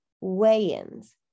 weigh-ins